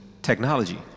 Technology